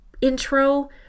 intro